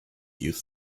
youth